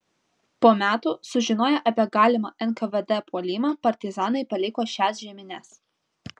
po metų sužinoję apie galimą nkvd puolimą partizanai paliko šias žiemines